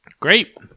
Great